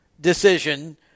decision